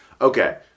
Okay